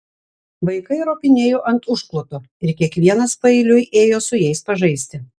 vaikai ropinėjo ant užkloto ir kiekvienas paeiliui ėjo su jais pažaisti